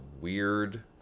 weird